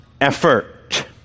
effort